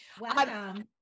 Welcome